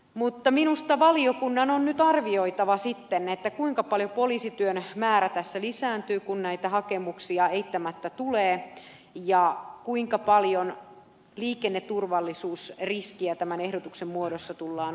mutta minusta valiokunnan on nyt arvioitava sitten kuinka paljon poliisityön määrä tässä lisääntyy kun näitä hakemuksia eittämättä tulee ja kuinka paljon liikenneturvallisuusriskiä tämän ehdotuksen muodossa tullaan ottamaan